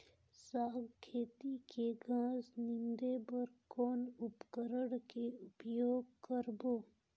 साग खेती के घास निंदे बर कौन उपकरण के उपयोग करबो?